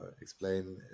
Explain